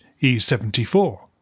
E74